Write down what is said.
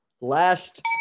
last